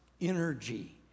energy